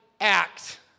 act